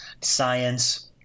science